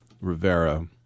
Rivera